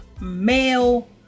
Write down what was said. male